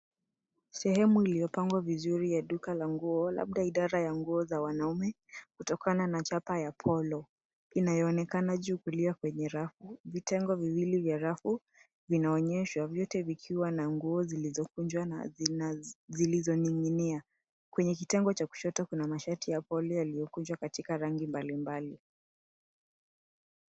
Sehemu iliyopangwa vizuri ya duka la nguo labda idara ya nguo za wanaume kutokana na chapa ya polo inayoonekana juu kulia kwenye rafu. Vitengo viwili vya rafu vinaonyeshwa vyote vikiwa na nguo zilizokunjwa na zilizoning'inia. Kwenye kitengo cha kushoto kuna mashati ya polo yaliyokunjwa katika rangi mbalimbali.